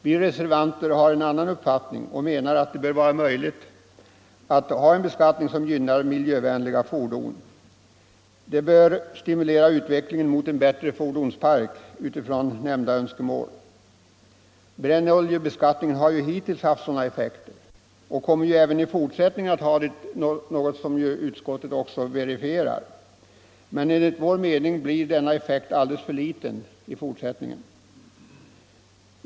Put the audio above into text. Vi reservanter har en annan uppfattning. Vi menar att det bör vara möjligt att ha en beskattning som gynnar miljövänliga fordon. Det bör stimulera utvecklingen mot en från dessa synpunkter bättre fordonspark. Brännoljebeskattningen har hittills haft sådana effekter och kommer även i fortsättningen att ha det — något som utskottet också erkänner. Men enligt vår mening blir denna effekt alldeles för liten i fortsättningen.